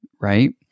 right